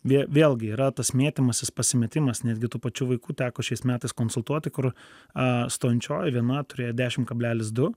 vėvėlgi yra tas mėtymasis pasimetimas netgi tų pačių vaikų teko šiais metais konsultuoti kur stončioji viena turėjo dešimt kablelis du